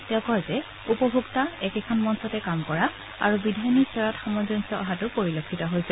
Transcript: তেওঁ কয় যে উপভোক্তা একেখন মঞ্চতে কাম কৰা আৰু বিধায়িনী স্তৰত সামঞ্জস্য অহাতো পৰিলক্ষিত হৈছে